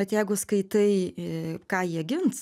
bet jeigu skaitai ką jie gins